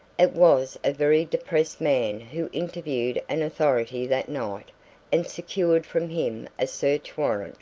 it was a very depressed man who interviewed an authority that night and secured from him a search warrant